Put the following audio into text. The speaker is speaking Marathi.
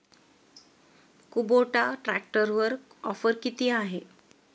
कुबोटा ट्रॅक्टरवर ऑफर किती आहे?